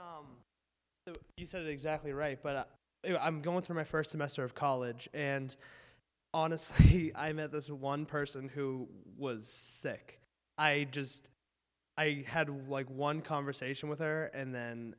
you you said exactly right but i'm going through my first semester of college and honestly i met this one person who was sick i just i had like one conversation with her and then